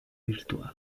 virtual